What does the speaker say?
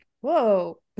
Whoa